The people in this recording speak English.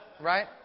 Right